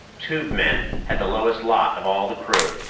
tubemen had the lowest lot of all the crew.